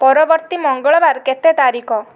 ପରବର୍ତ୍ତୀ ମଙ୍ଗଳବାର କେତେ ତାରିଖ